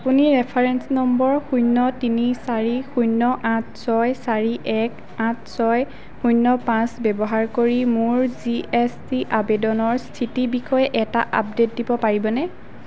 আপুনি reference number শূন্য তিনি চাৰি শূন্য আঠ ছয় চাৰি এক আঠ ছয় শূন্য পাঁচ ব্যৱহাৰ কৰি মোৰ জি এছ টি আবেদনৰ স্থিতিৰ বিষয়ে এটা আপডেট দিব পাৰিবনে